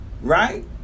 Right